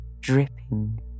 dripping